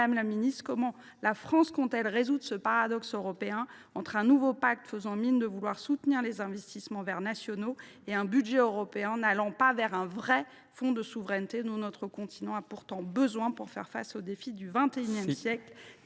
Madame la secrétaire d’État, comment la France compte t elle résoudre ce paradoxe européen, avec un nouveau pacte faisant mine de soutenir les investissements verts nationaux et un budget européen qui n’intègre pas le véritable fonds de souveraineté dont notre continent a pourtant besoin pour faire face aux défis du XXI siècle